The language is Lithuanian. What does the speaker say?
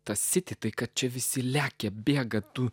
tąsyti tai kad čia visi lekia bėga tu